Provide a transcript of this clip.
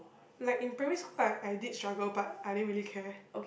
like in primary school I I did struggle but I didn't really care